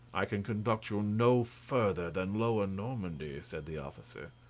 i can conduct you no further than lower normandy, said the officer.